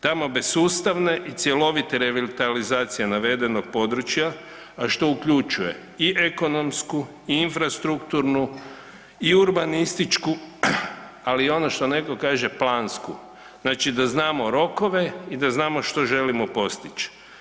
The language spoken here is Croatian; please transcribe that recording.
Tamo bez sustavne i cjelovite revitalizacije navedenog područja, a što uključuje i ekonomsku i infrastrukturnu i urbanističku ali i ono što neko kaže plansku, znači da znamo rokove i da znamo što želimo postići.